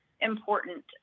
important